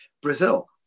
Brazil